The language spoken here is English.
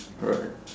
alright